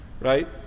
right